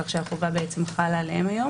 ועכשיו החובה חלה עליהם.